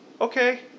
Okay